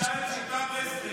תשאל את שקמה ברסלר.